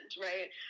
right